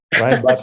right